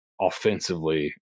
offensively